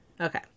Okay